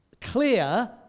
clear